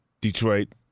Detroit